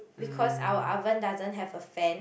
because our oven doesn't have a fan